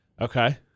Okay